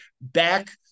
back